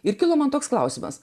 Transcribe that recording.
ir kilo man toks klausimas